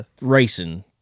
racing